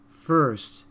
first